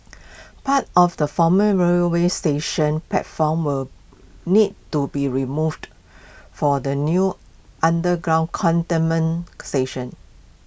parts of the former railway station's platform will need to be removed for the new underground Cantonment station